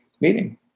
meeting